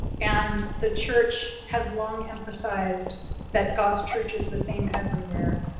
and the church has long emphasized that god's church is the same everywhere.